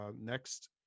next